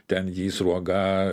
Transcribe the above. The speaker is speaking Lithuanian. ten jį sruoga